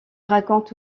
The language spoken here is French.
raconte